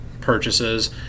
purchases